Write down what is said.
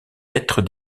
être